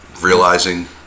Realizing